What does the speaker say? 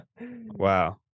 Wow